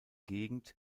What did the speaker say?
gegend